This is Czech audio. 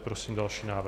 Prosím další návrh.